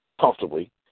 comfortably